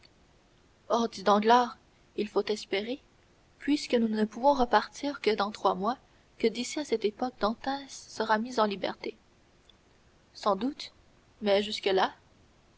dit danglars il faut espérer puisque nous ne pouvons repartir que dans trois mois que d'ici à cette époque dantès sera mis en liberté sans doute mais jusque-là